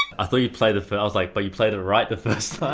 i thought you played the fir i was like. but you played it right the first